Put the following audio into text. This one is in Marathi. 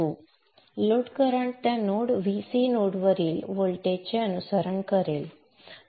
आता लोड करंट त्या नोड Vc नोड वरील व्होल्टेजचे अनुसरण करेल